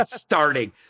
starting